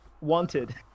wanted